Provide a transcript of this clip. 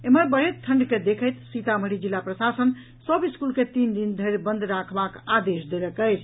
एम्हर बढ़ैत ठंढ़ के देखैत सीतामढ़ी जिला प्रशासन सभ स्कूल के तीन दिन धरि बंद राखबाक आदेश देलक अछि